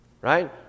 right